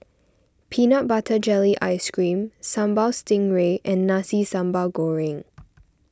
Peanut Butter Jelly Ice Cream Sambal Stingray and Nasi Sambal Goreng